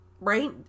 Right